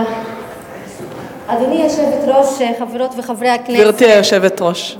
אדוני היושבת-ראש, גברתי היושבת-ראש.